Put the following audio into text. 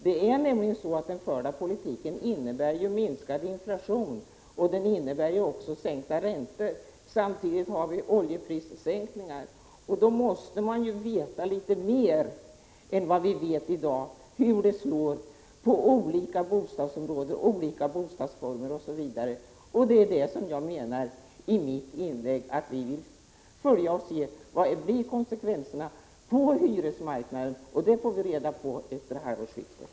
Det är nämligen så att den förda ekonomiska politiken innebär minskad inflation och sänkta räntor. Samtidigt har vi oljeprissänkningar. Man måste veta litet mer än vad vi vet i dag om hur detta slår på olika bostadsområden, olika bostadsformer osv. Vi vill följa utvecklingen och se vilka konsekvenserna blir på hyresmarknaden, och det får vi reda på efter halvårsskiftet.